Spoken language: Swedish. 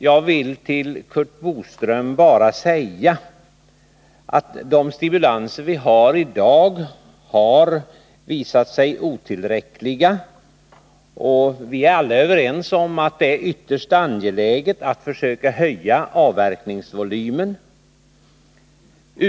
Jag vill Curt Boström bara säga att de stimulanser vi har i dag har visat sig otillräckliga, och vi är alla överens om att det är ytterst angeläget att försöka höja avverkningsvolymen.